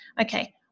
Okay